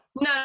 No